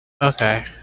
Okay